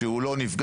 שהוא לא נפגש,